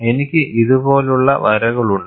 എനിക്ക് ഇതുപോലുള്ള വരകളുണ്ട്